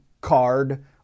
card